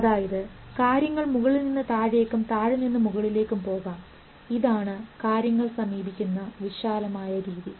അതായത് കാര്യങ്ങൾ മുകളിൽനിന്ന് താഴേയ്ക്കും താഴെ നിന്നും മുകളിലേക്ക് പോകാം ഇതാണ് കാര്യങ്ങൾ സമീപിക്കുന്ന വിശാലമായ രീതി